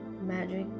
magic